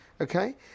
okay